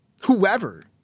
Whoever